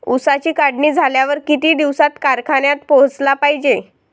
ऊसाची काढणी झाल्यावर किती दिवसात कारखान्यात पोहोचला पायजे?